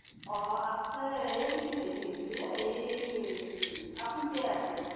অঁ আছে এই কিন্তু হেৰি হৈছে এ এই